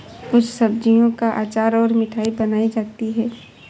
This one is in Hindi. कुछ सब्जियों का अचार और मिठाई बनाई जाती है